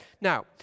Now